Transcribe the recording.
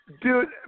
Dude